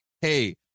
Hey